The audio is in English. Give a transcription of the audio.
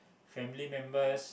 family members